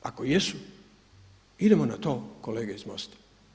Ako jesu idemo na to kolege iz MOST-a.